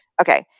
Okay